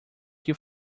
que